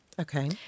Okay